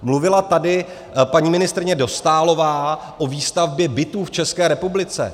Mluvila tady paní ministryně Dostálová o výstavbě bytů v České republice.